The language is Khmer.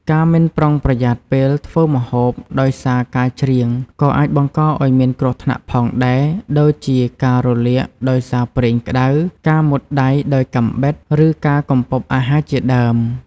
ការមិនប្រុងប្រយ័ត្នពេលធ្វើម្ហូបដោយសារការច្រៀង ក៏អាចបង្កឱ្យមានគ្រោះថ្នាក់ផងដែរ ដូចជាការរលាកដោយសារប្រេងក្ដៅ ការមុតដៃដោយកាំបិត ឬការកំពប់អាហារជាដើម។